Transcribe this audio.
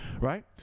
Right